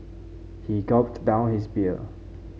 he gulped down his beer